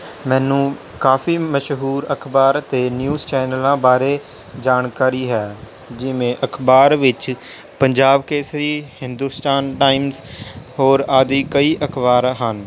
ਮੈਨੂੰ ਕਾਫੀ ਮਸ਼ਹੂਰ ਅਖਬਾਰ ਅਤੇ ਨਿਊਜ਼ ਚੈਨਲਾਂ ਬਾਰੇ ਜਾਣਕਾਰੀ ਹੈ ਜਿਵੇਂ ਅਖਬਾਰ ਵਿੱਚ ਪੰਜਾਬ ਕੇਸਰੀ ਹਿੰਦੂਸਤਾਨ ਟਾਈਮਜ਼ ਹੋਰ ਆਦਿ ਕਈ ਅਖਬਾਰਾਂ ਹਨ